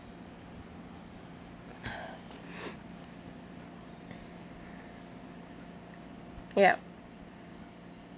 yup